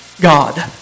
God